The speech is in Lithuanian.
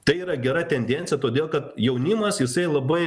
tai yra gera tendencija todėl kad jaunimas jisai labai